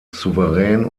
souverän